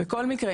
בכל מקרה,